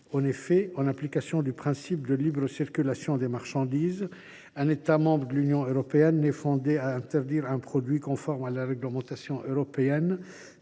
En effet, en application du principe de libre circulation des marchandises, un État membre de l’Union n’est fondé à interdire un produit conforme à la réglementation européenne